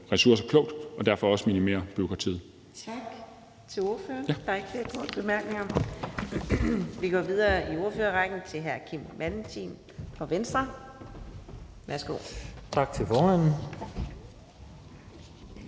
ressourcer klogt og derfor også minimere bureaukratiet.